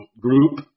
group